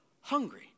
hungry